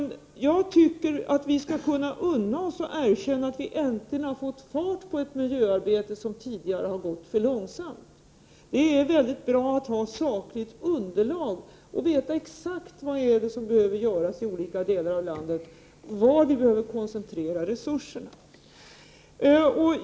Jag tycker att vi skall unna oss att erkänna att vi äntligen har fått fart på ett miljöarbete, som tidigare har gått för långsamt. Det är väldigt bra att ha sakligt underlag och veta exakt vad som behöver göras i olika delar av landet och var resurserna behöver koncentreras.